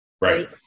Right